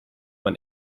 man